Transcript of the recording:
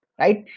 right